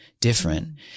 different